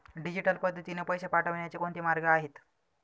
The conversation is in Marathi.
डिजिटल पद्धतीने पैसे पाठवण्याचे कोणते मार्ग आहेत?